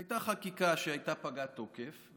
הייתה חקיקה שפג תוקפה,